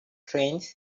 trains